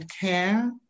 care